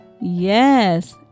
Yes